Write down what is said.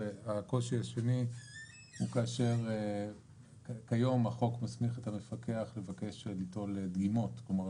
הקושי השני הוא כאשר היום החוק מסמיך את המפקח ליטול דגימות כלומר,